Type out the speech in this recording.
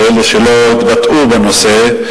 לאלה שלא התבטאו בנושא,